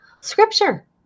Scripture